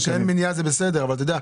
זה שאין מניעה זה בסדר, אבל אתה יודע,